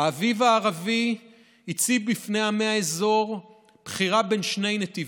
האביב הערבי הציב בפני עמי האזור בחירה בין שני נתיבים: